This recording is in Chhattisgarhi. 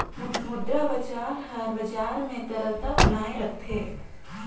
मुद्रा बजार हर बजार में तरलता बनाए राखथे